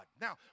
Now